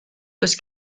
does